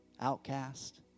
outcast